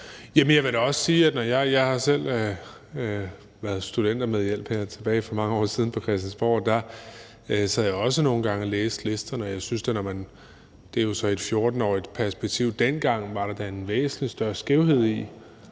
jeg vil da også sige, at jeg selv har været studentermedhjælp her på Christiansborg for mange år siden, og der sad jeg også nogle gange og læste listerne – det er jo så i et 14-årigt perspektiv. Dengang var der da en væsentlig større skævhed i,